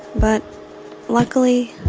but luckily,